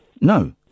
No